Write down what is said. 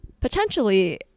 potentially